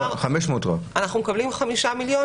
אנחנו מקבלים חמישה מיליון,